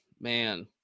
man